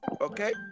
Okay